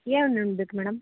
ಯಾವ ಮೇಡಮ್